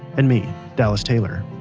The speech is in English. and me dallas taylor,